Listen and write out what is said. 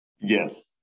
Yes